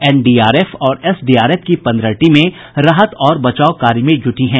NDRF और SDRF की पंद्रह टीमें राहत और बचाव कार्य में जुटी हैं